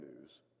news